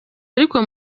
ariko